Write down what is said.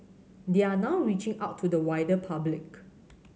they are now reaching out to the wider public